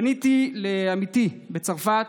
פניתי לעמיתתי בצרפת,